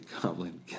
cobbling